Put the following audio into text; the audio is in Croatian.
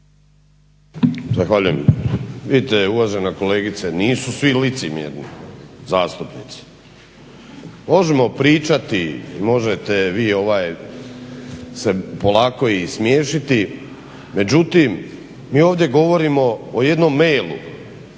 Zahvaljujem. Vidite uvažena kolegice nisu svi licemjerni zastupnici. Možemo pričati i možete vi se polako i smiješiti međutim mi ovdje govorimo o jednom mailu.